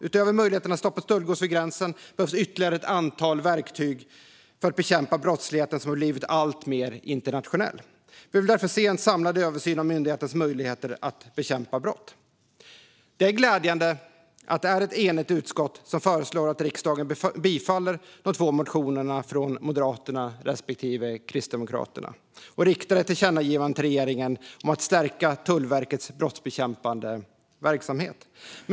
Utöver möjligheten att stoppa stöldgods vid gränsen behövs ytterligare ett antal verktyg för att bekämpa den brottslighet som blivit alltmer internationell. Vi vill därför se en samlad översyn av myndighetens möjligheter att bekämpa brott. Det är glädjande att det är ett enigt utskott som föreslår att riksdagen bifaller de två motionerna från Moderaterna respektive Kristdemokraterna och riktar ett tillkännagivande till regeringen om att stärka Tullverkets brottsbekämpande verksamhet.